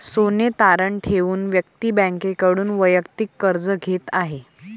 सोने तारण ठेवून व्यक्ती बँकेकडून वैयक्तिक कर्ज घेत आहे